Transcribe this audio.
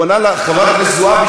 והוא ענה לחברת הכנסת זועבי,